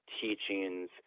teachings